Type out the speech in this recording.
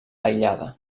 aïllada